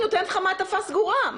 נותנים לך מעטפה סגורה.